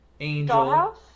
Angel